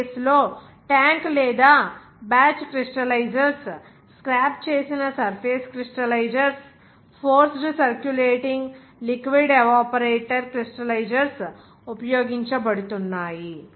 ఆ కేసులో ట్యాంక్ లేదా బ్యాచ్ క్రిష్టలైజర్స్ స్క్రాప్ చేసిన surface crystallisers forced circulating liquid evaporator crystallisers ఉపయోగించబడుతున్నాయి